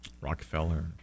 Rockefeller